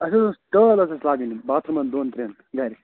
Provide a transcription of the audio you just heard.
اَسہِ حظ ٲسۍ ٹٲل حظ ٲسۍ اَسہِ لاگٕنۍ باتھ روٗمَن دۄن ترٛیٚن گَرِ